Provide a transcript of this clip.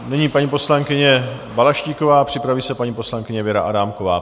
Nyní paní poslankyně Balaštíková, připraví se paní poslankyně Věra Adámková.